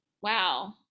Wow